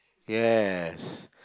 yes